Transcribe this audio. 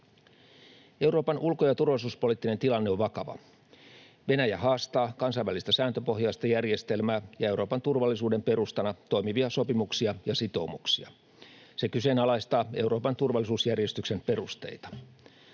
Euroopan ulko- ja turvallisuuspoliittinen tilanne on vakava. Venäjä haastaa kansainvälistä sääntöpohjaista järjestelmää ja Euroopan turvallisuuden perustana toimivia sopimuksia ja sitoumuksia. Se kyseenalaistaa Euroopan turvallisuusjärjestyksen perusteita.